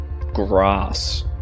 grass